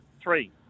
three